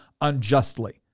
unjustly